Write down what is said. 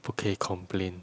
不可以 complain